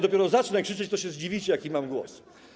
Dopiero jak zacznę krzyczeć, to się zdziwicie, jaki mam głos.